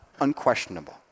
Unquestionable